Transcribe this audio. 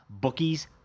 Bookies